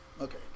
Okay